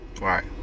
Right